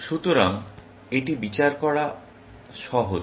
সুতরাং এটি বিচার করা সহজ